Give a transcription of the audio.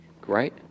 Great